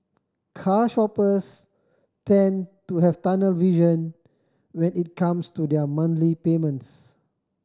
car shoppers tend to have tunnel vision when it comes to their monthly payments